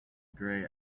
grey